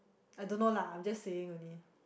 I don't know lah I am just saying only